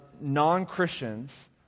non-Christians